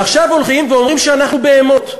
ועכשיו הולכים ואומרים שאנחנו בהמות.